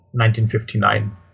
1959